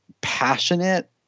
passionate